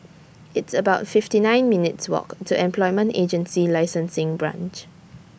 It's about fifty nine minutes' Walk to Employment Agency Licensing Branch